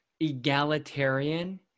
egalitarian